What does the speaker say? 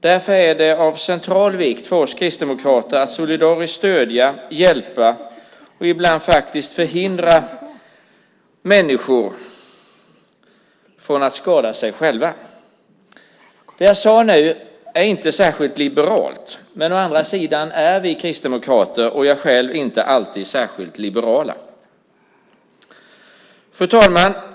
Därför är det av central vikt för oss kristdemokrater att solidariskt stödja och hjälpa och ibland faktiskt också hindra människor från att skada sig själva. Det jag nu sagt är inte särskilt liberalt. Å andra sidan är vi kristdemokrater, inte heller jag själv, inte alltid särskilt liberala. Fru talman!